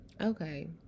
Okay